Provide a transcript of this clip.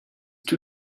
two